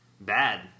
bad